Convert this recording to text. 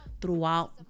throughout